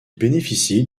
bénéficie